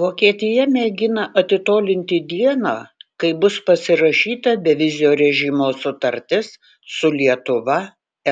vokietija mėgina atitolinti dieną kai bus pasirašyta bevizio režimo sutartis su lietuva